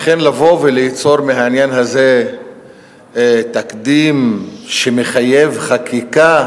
לכן, לבוא וליצור מהעניין הזה תקדים שמחייב חקיקה,